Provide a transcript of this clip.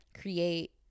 create